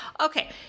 Okay